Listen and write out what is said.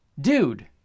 Dude